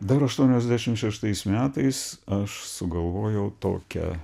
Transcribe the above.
dar aštuoniasdešim šeštais metais aš sugalvojau tokią